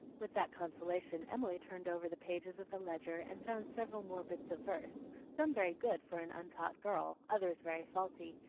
with that consolation emily turned over the pages of the ledger and found several more bits of verse, some very good for an untaught girl, others very faulty,